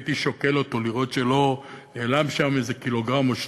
הייתי שוקל אותו לראות שלא נעלם שם איזה קילוגרם או שניים.